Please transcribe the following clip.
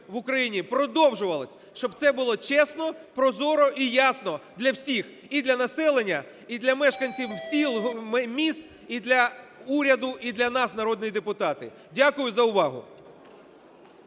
в Україні продовжувалось. Щоб це було чесно, прозоро і ясно для всіх – і для населення, і для мешканців сіл, міст, і для уряду, і для нас, народних депутатів. Дякую за увагу.